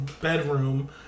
bedroom